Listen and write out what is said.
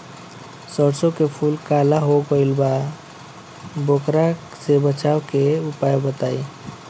सरसों के फूल काला हो गएल बा वोकरा से बचाव के उपाय बताई?